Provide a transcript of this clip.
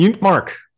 Mark